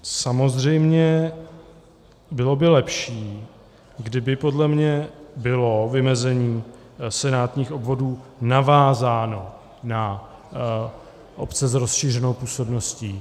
Samozřejmě bylo by lepší, kdyby podle mě bylo vymezení senátních obvodů navázáno na obce s rozšířenou působností.